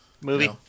movie